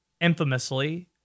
infamously